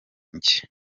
njye